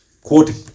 Quoting